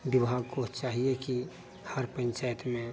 विभाग को चाहिए कि हर पन्चायत में